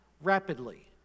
rapidly